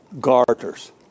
garters